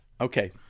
Okay